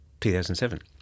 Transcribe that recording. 2007